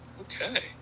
Okay